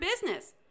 business